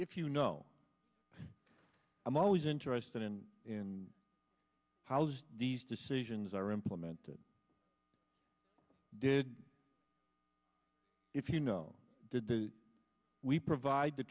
if you know i'm always interested in in housed these decisions are implemented did if you know did we provide the